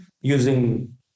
using